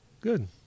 Good